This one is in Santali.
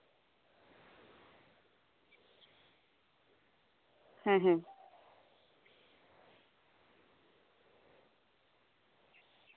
ᱦᱮᱸ ᱦᱮᱸ